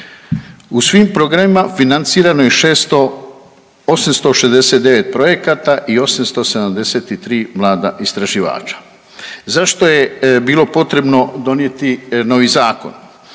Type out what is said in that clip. U svim programima financirano je 869 projekata i 873 mlada istraživača. Zašto je bilo potrebno donijeti novi zakon?